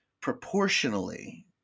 proportionally